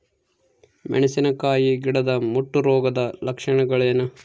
ಮೆಣಸಿನಕಾಯಿ ಗಿಡದ ಮುಟ್ಟು ರೋಗದ ಲಕ್ಷಣಗಳೇನು?